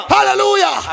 Hallelujah